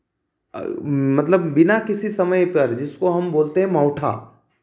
मतलब बिना किसी समय पर जिसको हम बोलते हैं नौठा